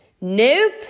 Nope